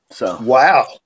Wow